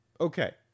okay